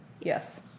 Yes